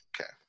Okay